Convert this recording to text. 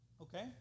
Okay